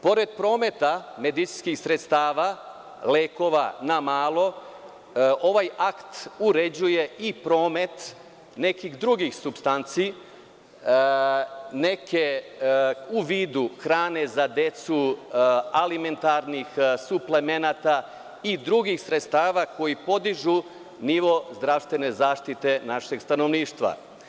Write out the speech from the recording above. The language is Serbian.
Pored prometa medicinskim sredstava, lekova na malo, ovaj akt uređuje i promet nekih drugih supstanci, neke u vidu hrane za decu, alimentarnih suplemenata i drugih sredstava koji podižu nivo zdravstvene zaštite našeg stanovništva.